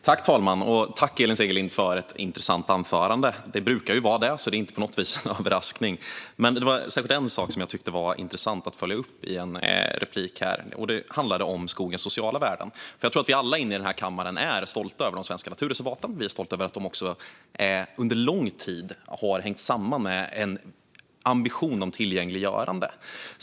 Fru talman! Jag tackar Elin Segerlind för ett intressant anförande. Hennes anföranden brukar vara det, så det är inte på något vis någon överraskning. Men det var särskilt en sak som jag tyckte var intressant att följa upp i en replik. Det handlade om skogens sociala värden. Jag tror att vi alla inne i den här kammaren är stolta över de svenska naturreservaten. Vi är också stolta över att de under lång tid har hängt samman med en ambition om tillgängliggörande.